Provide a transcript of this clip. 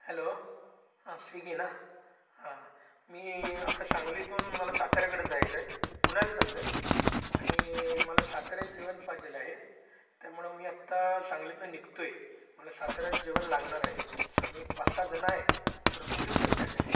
hello uh Swiggy ना हा मी आत्ता सांगलीतून मला साताऱ्याकडं जायचं आहे पुण्याला चाललो आहे आणि मला साताऱ्यात जेवण पाहिजे आहे त्यामुळं मी आत्ता सांगलीतनं निघतो आहे मला साताऱ्यात जेवण लागणार आहे आम्ही एक पाच सहा जणं आहे तर तुम्ही देऊ शकत आहे काय